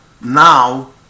now